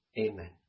Amen